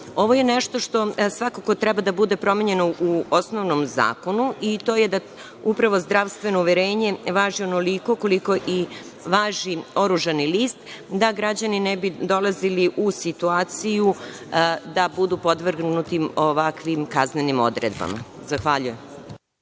je nešto što svakako treba da bude promenjeno u osnovnom zakonu i to je da upravo zdravstveno uverenje važi onoliko koliko i važi oružani list, da građani ne bi dolazili u situaciju da budu podvrgnuti ovakvim kaznenim odredbama. Zahvaljujem.